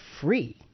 free